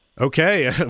Okay